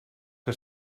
que